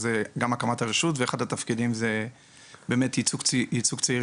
שזה גם הקמת הרשות ואחד הפקידים שלי זה גם באמת ייצוג צעירים